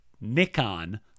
Nikon